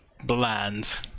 bland